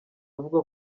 avuga